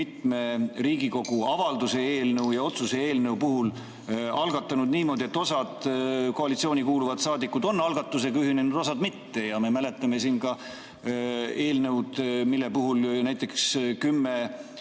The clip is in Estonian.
mitme Riigikogu avalduse eelnõu ja otsuse eelnõu puhul algatanud niimoodi, et osa koalitsiooni kuuluvaid saadikuid on algatusega ühinenud, osa mitte. Me mäletame siin ka eelnõu, mille puhul näiteks kümme